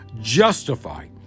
justify